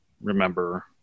remember